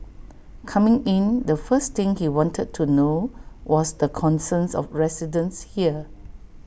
coming in the first thing he wanted to know was the concerns of residents here